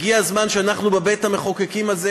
הגיע הזמן שאנחנו בבית-המחוקקים הזה